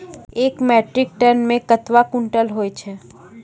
एक metric ton मे कतवा क्वींटल हैत छै?